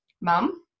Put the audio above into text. mum